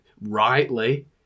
rightly